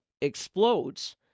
explodes